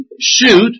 shoot